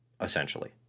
essentially